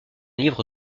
livre